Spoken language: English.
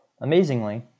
Amazingly